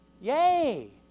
Yay